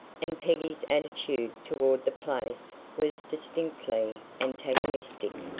and peggy's attitude toward the place was distinctly antagonistic.